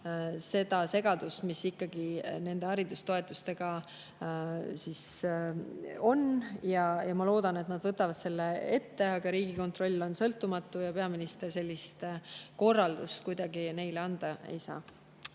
seda segadust, mis nende haridustoetustega on. Ma loodan, et nad võtavad selle ette. Aga Riigikontroll on sõltumatu ja peaminister sellist korraldust neile kuidagi anda ei saa.